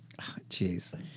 Jeez